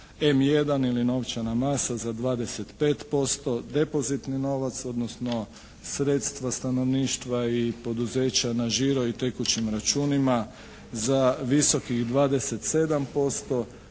M1 ili novčana masa za 25%, depozitni novac, odnosno sredstva stanovništva i poduzeća na žiro i tekućim računima za visokih 27%,